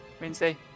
wednesday